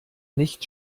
nicht